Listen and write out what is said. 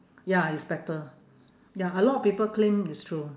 ya it's better ya a lot people claim it's true